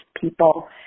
people